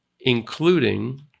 including